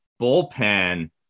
bullpen